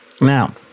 Now